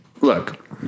look